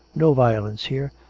no violence here,